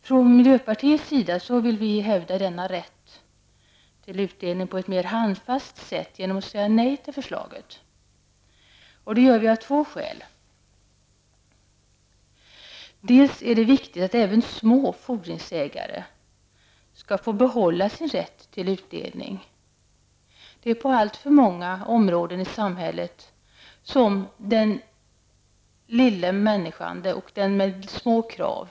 Från miljöpartiets sida vill vi hävda denna rätt till utdelning på ett mera handfast sätt genom att säga nej till förslaget. Det gör vi av två skäl. För det första är det viktigt att även små fordringsägare skall få behålla sin rätt till utdelning. Man tar på alltför många områden i samhället inte hänsyn till den lilla människan med små krav.